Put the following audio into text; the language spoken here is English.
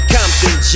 Compton